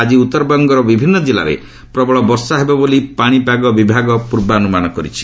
ଆଜି ଉତ୍ତର ବଙ୍ଗର ବିଭିନ୍ନ କିଲ୍ଲାରେ ପ୍ରବଳ ବର୍ଷା ହେବ ବୋଲି ପାଣିପାଗ ବିଭାଗ ପୂର୍ବାନ୍ଦ୍ରମାନ କରିଛି